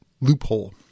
loophole